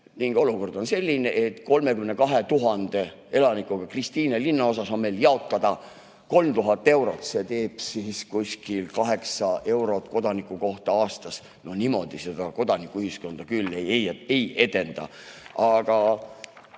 liige. Olukord on selline, et 32 000 elanikuga Kristiine linnaosas on meil jaotada 3000 eurot. See teeb kuskil kaheksa eurot kodaniku kohta aastas. Niimoodi seda kodanikuühiskonda küll ei edenda. Miskit